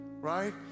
right